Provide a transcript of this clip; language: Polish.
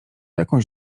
jakąś